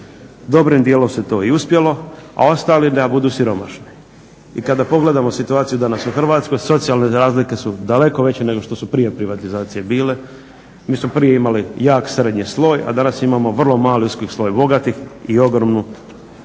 dobrim dijelom se to i uspjelo, a ostali da budu siromašni. I kada pogledamo situaciju danas u Hrvatskoj socijalne razlike su daleko veće nego što su prije privatizacije bile. Mi smo prije imali jak srednji sloj, a danas imamo vrlo mali uski sloj bogatih i ogroman